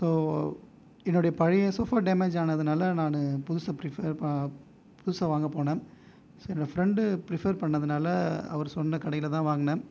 so என்னுடைய பழைய sofa damage ஆனதுனால் நான் புதுசாக ஃப்ரீபெர் புதுசாக வாங்க போனேன் சரி ஃப்ரெண்ட் ஃப்ரீபெர் பண்ணதுனால் அவர் சொன்ன கடையில் தான் வாங்கினேன்